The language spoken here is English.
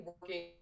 working